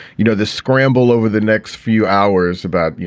you know, the scramble over the next few hours about, you